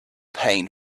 pain